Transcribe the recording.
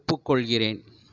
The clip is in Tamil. ஒப்புக்கொள்கிறேன்